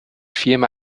firma